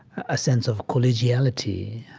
a sense of collegiality,